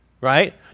right